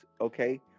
okay